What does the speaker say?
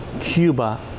Cuba